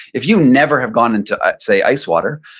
if you never have gone into say, ice water,